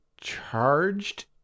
charged